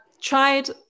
tried –